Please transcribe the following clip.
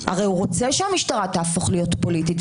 הרי הוא רוצה שהמשטרה תהפוך להיות פוליטית.